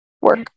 work